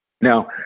Now